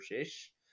ish